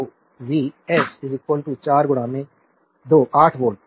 तो V S 4 2 8 volt